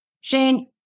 Shane